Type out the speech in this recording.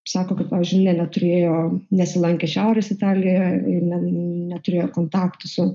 sako kad pavyzdžiui ne neturėjo nesilankė šiaurės italijoje ir ne neturėjo kontaktų su